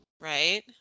Right